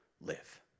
live